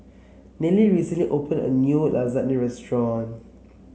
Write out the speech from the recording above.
Nelie recently opened a new Lasagne Restaurant